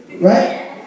Right